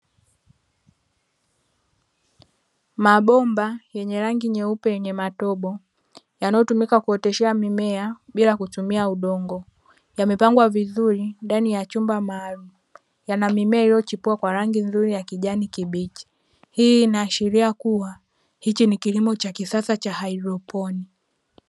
Mabomba yenye rangi nyeupe yenye matobo yanayotumika kuoteshea mimea bila kutumia udongo, yamepangwa vizuri ndani ya chumba maalumu yana mimea iliyo chipua kwa rangi nzuri ya kijani kibichi, hii ina ashiria kuwa hiki ni kilimo cha kisasa cha haidroponi.